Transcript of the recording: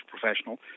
professional